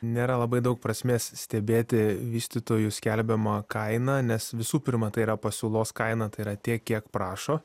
nėra labai daug prasmės stebėti vystytojų skelbiamą kainą nes visų pirma tai yra pasiūlos kaina tai yra tiek kiek prašo